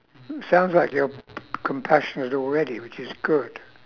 oo sounds like you're compassionate already which is good